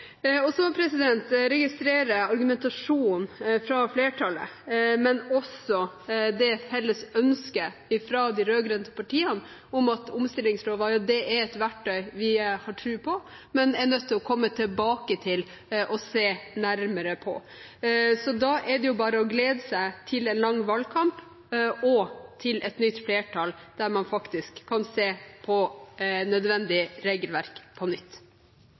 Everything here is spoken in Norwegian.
registrerer argumentasjonen fra flertallet, men også det felles ønsket fra de rød-grønne partiene om at omstillingslova er et verktøy vi har tro på, men som vi er nødt til å komme tilbake til og se nærmere på. Så det er bare å glede seg til en lang valgkamp og til et nytt flertall, der man faktisk kan se på nødvendig regelverk på nytt.